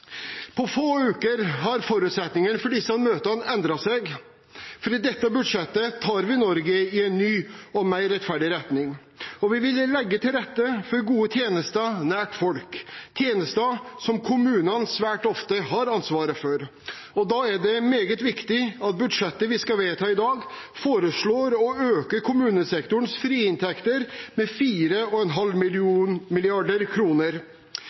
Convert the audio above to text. På få uker har forutsetningene for disse møtene endret seg, for i dette budsjettet tar vi Norge i en ny og mer rettferdig retning. Vi vil legge til rette for gode tjenester nær folk, tjenester som kommunene svært ofte har ansvaret for. Da er det meget viktig at man i budsjettet vi skal vedta i dag, foreslår å øke kommunesektorens frie inntekter med 4,5